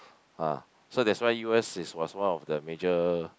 ah so that's why U_S is was one of the major